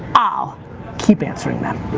ah keep answering them.